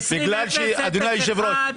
אדוני היושב-ראש,